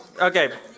okay